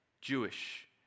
Jewish